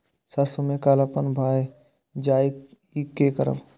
सरसों में कालापन भाय जाय इ कि करब?